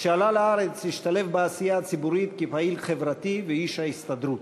כשעלה לארץ השתלב בעשייה הציבורית כפעיל חברתי ואיש ההסתדרות.